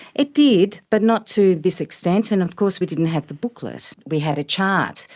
it did, but not to this extent, and of course we didn't have the booklet, we had a chart.